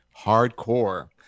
hardcore